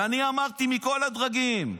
ואני אמרתי, מכל הדרגים.